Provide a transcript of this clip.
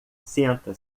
senta